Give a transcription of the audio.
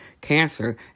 cancer